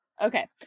okay